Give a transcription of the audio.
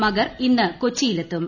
മഗർ ഇന്ന് കൊച്ചിയിൽ എത്തും